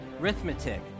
Arithmetic